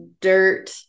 dirt